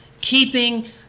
keeping